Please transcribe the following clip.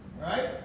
right